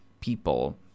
people